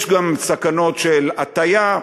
יש גם סכנות של הטעיה,